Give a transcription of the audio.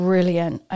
Brilliant